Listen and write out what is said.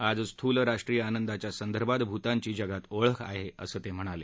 आज स्थूल राष्ट्रीय आनंदाच्या संदर्भात भूतानची जगात ओळख आहे असं ते म्हणाले